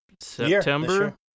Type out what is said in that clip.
september